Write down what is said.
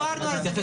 דיברנו על זה,